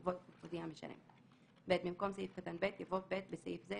יבוא "הודיע המשלם"; (ב)במקום סעיף קטן (ב) יבוא: "(ב)בסעיף זה,